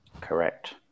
Correct